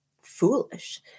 foolish